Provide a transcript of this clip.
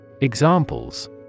Examples